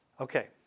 Okay